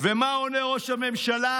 מה עונה ראש הממשלה?